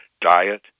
Diet